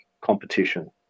competition